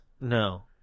No